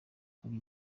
kuri